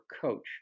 coach